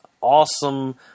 awesome